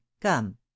come